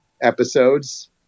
episodes